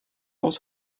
aus